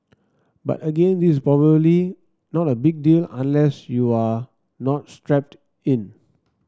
but again this probably not a big deal unless you are not strapped in